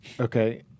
okay